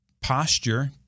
posture